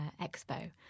expo